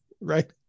Right